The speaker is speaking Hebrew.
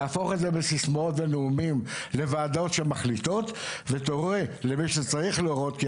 תהפוך את זה מסיסמאות ונאומים לוועדות שמחליטות ותורה למי שצריך להורות,